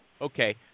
Okay